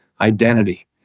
identity